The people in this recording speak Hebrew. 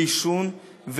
לעישון,